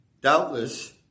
Doubtless